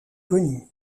connue